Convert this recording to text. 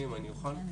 אני אוכל?